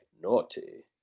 naughty